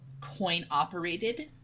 coin-operated